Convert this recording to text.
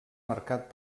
marcat